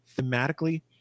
thematically